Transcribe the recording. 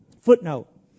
Footnote